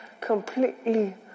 completely